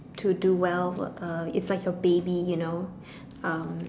to do well uh it's like your baby you know um